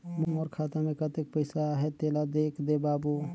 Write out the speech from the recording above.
मोर खाता मे कतेक पइसा आहाय तेला देख दे बाबु?